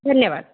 धन्यवाद